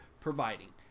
providing